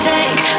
Take